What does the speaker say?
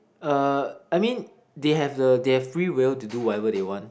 uh I mean they have the they have free will to do whatever they want